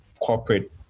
corporate